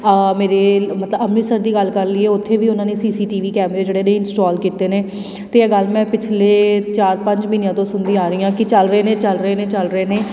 ਮੇਰੇ ਮਤਲਬ ਅੰਮ੍ਰਿਤਸਰ ਦੀ ਗੱਲ ਕਰ ਲਈਏ ਉੱਥੇ ਵੀ ਉਹਨਾਂ ਨੇ ਸੀ ਸੀ ਟੀ ਵੀ ਕੈਮਰੇ ਜਿਹੜੇ ਨੇ ਇੰਸਟੋਲ ਕੀਤੇ ਨੇ ਅਤੇ ਇਹ ਗੱਲ ਮੈਂ ਪਿਛਲੇ ਚਾਰ ਪੰਜ ਮਹੀਨਿਆਂ ਤੋਂ ਸੁਣਦੀ ਆ ਰਹੀ ਹਾਂ ਕਿ ਚੱਲ ਰਹੇ ਨੇ ਚੱਲ ਰਹੇ ਨੇ ਚੱਲ ਰਹੇ ਨੇ